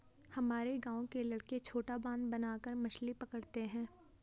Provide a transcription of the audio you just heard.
हमारे गांव के लड़के छोटा बांध बनाकर मछली पकड़ते हैं